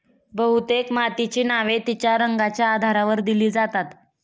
बहुतेक मातीची नावे तिच्या रंगाच्या आधारावर दिली जातात